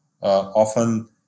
often